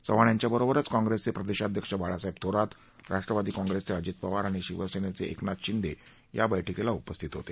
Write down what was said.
चव्हाण यांच्याबरोबरच काँप्रेसचे प्रदेशाध्यक्ष बाळासाहेब थोरातराष्ट्रवादी काँप्रेसचे अजीत पवार आणि शिवसेनेचे कुनाथ शिंदेही या बैठकीला उपस्थित होते